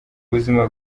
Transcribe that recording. ubuzima